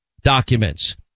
documents